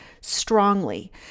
strongly